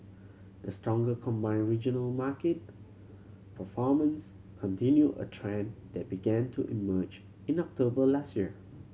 the stronger combined regional market performance continue a trend that began to emerge in October last year